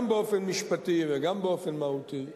גם באופן משפטי וגם באופן מהותי,